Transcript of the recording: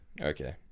okay